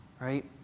right